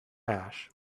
ash